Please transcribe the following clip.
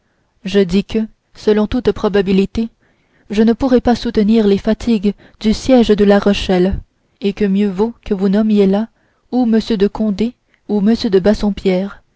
je dis que selon toute probabilité je ne pourrai pas soutenir les fatigues du siège de la rochelle et que mieux vaut que vous nommiez là ou m de condé ou m de bassompierre